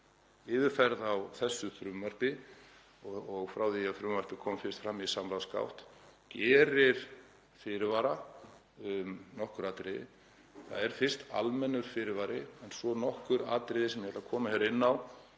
á þessu frumvarpi og frá því að frumvarpið kom fyrst fram í samráðsgátt gerir fyrirvara um nokkur atriði. Það er fyrst almennur fyrirvari og svo nokkur atriði sem ég vil koma inn á